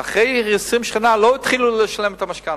ואחרי 20 שנה אפילו לא התחילו לשלם את המשכנתה.